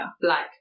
black